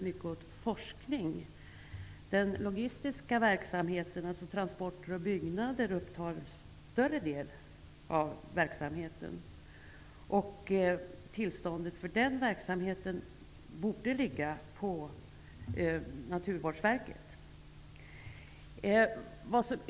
Verksamheten utgörs till större delen av den logistiska verksamheten -- det gäller då transporter och byggnader. Tillståndsmyndighet för den verksamheten borde vara Naturvårdsverket.